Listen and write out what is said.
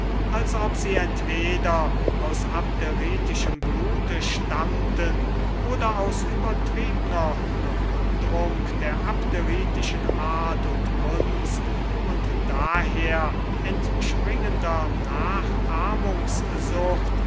als ob sie entweder aus abderitischen blute stammten oder aus übertriebner bewundrung der abderitischen art und kunst und daher entspringender